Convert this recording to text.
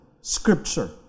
scripture